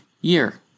year